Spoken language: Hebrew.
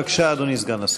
בבקשה, אדוני סגן השר.